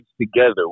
together